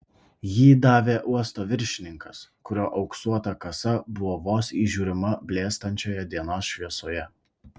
jį davė uosto viršininkas kurio auksuota kasa buvo vos įžiūrima blėstančioje dienos šviesoje